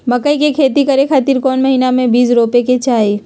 मकई के खेती करें खातिर कौन महीना में बीज रोपे के चाही?